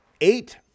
eight